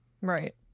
Right